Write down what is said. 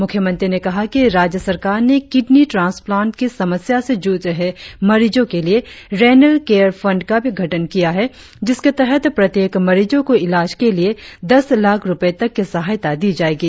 मुख्यमंत्री ने कहा कि राज्य सरकार ने किडनी ट्रांसप्लांट की समस्या से जुझ रहे मरिजो के लिए रेनेल केयर फंड का भी गठन किया है जिसके तहत प्रत्येक मरिजों को ईलाज के लिए दस लाख रुपये तक की सहायता दी जाएगी